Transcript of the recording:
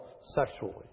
sexually